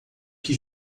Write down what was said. que